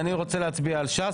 אני רוצה להצביע על ש"ס,